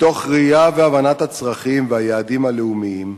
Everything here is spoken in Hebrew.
מתוך ראייה והבנה של הצרכים והיעדים הלאומיים,